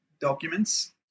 documents